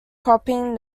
cropping